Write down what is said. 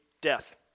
death